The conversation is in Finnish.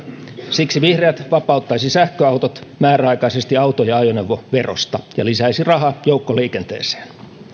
siksi vihreät vapauttaisivat sähköautot määräaikaisesti auto ja ajoneuvoverosta ja lisäisivät rahaa joukkoliikenteeseen